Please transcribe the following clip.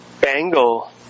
Bangle